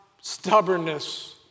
stubbornness